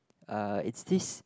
uh is this